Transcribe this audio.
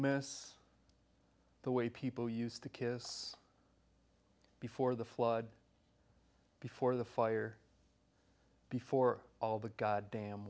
miss the way people used to kiss before the flood before the fire before all the goddamn